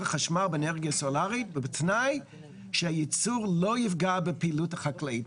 חשמל באנרגיה סולרית בתנאי שהייצור לא יפגע בפעילות החקלאית.